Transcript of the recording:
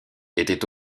étaient